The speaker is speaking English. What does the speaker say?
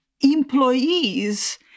employees